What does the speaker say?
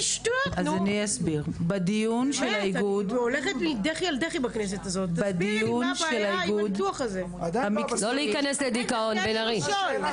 אני שואלת מה הבעיה עם הניתוח הצרפתי מול הניתוח הקיסרי?